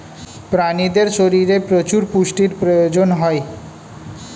প্রাণীদের শরীরে প্রচুর পুষ্টির প্রয়োজন হয়